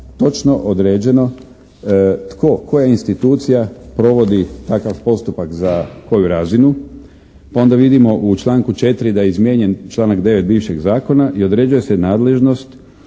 točno određeno tko, koja institucija provodi takav postupak za koju razinu. Onda vidimo u članku 4. da je izmijenjen članak 9. bivšeg zakona i određuje se nadležnost